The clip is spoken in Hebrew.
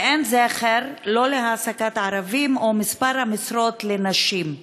ואין זכר לא להעסקת ערבים ולא למספר המשרות לנשים.